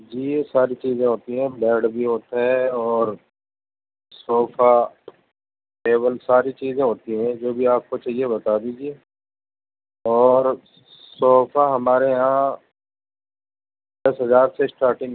جی ساری چیزیں ہوتی ہیں بلیڈ بھی ہوتا ہے اور صوفہ ٹیبل ساری چیزیں ہوتی ہیں جو بھی آپ کو چاہیے بتا دیجیے اور صوفہ ہمارے یہاں دس ہزار سے اسٹاٹنگ